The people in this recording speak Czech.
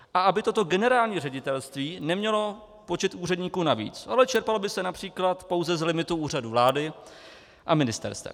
A aby toto generální ředitelství nemělo počet úředníků navíc, ale čerpalo by se například pouze z limitu Úřadu vlády a ministerstev.